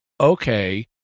Okay